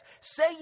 Say